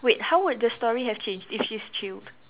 wait how would the story have changed if she's chilled